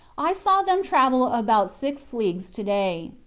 i saw them travel about six leagues to day.